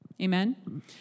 Amen